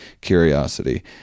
curiosity